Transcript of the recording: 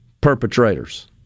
perpetrators